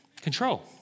Control